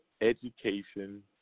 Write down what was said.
education